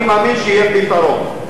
אני מאמין שיהיה פתרון.